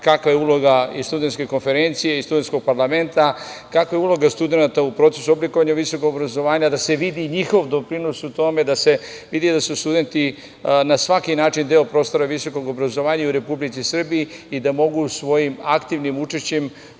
kakva je uloga i studentske konferencije i studentskog parlamenta, kakva je uloga studenata u procesu oblikovanja visokog obrazovanja, da se vidi njihov doprinos u tome, da se vidi da su studenti na svaki način deo prostora visokog obrazovanja i u Republici Srbiji i da mogu svojim aktivnim učešćem